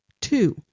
Two